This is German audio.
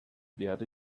werde